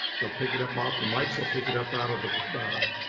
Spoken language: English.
they'll pick it up off the mites, they'll pick it up out of the